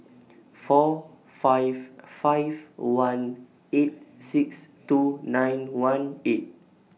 four five five one eight six two nine one eight